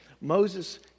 Moses